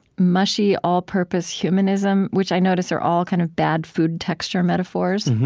mushy all-purpose humanism, which i notice are all kind of bad food texture metaphors,